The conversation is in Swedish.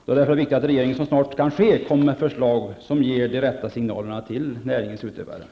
Det är angeläget att regeringen så snart det kan ske lägger fram förslag som ger de rätta signalerna till näringsutövarna.